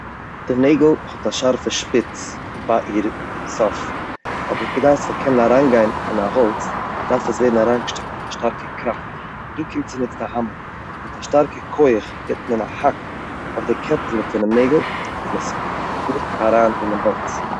די נעגל האט א שארפע שפיץ ביי אירע סוף אבער כדי ס'זאל קענען אריינגיין אין א האלץ דארף עס ווערן אריינגעשטופט מיט א שטארקע קראפט, דא קומט צוניץ די האמער מיט א שטארקע כח געבט מען א האק אויף די קעפעלע פונעם נעגל און עס פארט אריין אינעם האלץ.